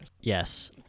Yes